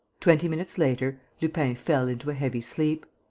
twenty minutes later lupin fell into a heavy sleep.